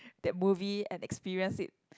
that movie and experience it